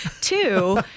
Two